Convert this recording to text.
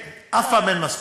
אף פעם אין מספיק.